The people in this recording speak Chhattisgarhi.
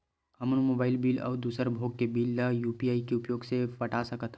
हमन मोबाइल बिल अउ दूसर भोग के बिल ला यू.पी.आई के उपयोग से पटा सकथन